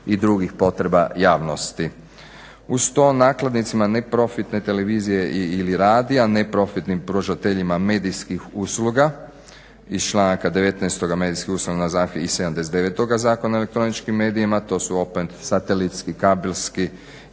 i drugih potreba javnosti. Uz to nakladnicima neprofitne televizije i/ili radija neprofitnim pružateljima medijskih usluga iz članka 19. medijskih usluga na zahtjev i 79. Zakona o elektroničkim medijima to su opet satelitski, kabelski